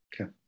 Okay